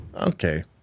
Okay